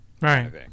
right